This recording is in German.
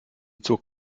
zog